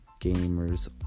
Gamers